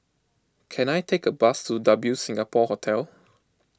can I take a bus to W Singapore Hotel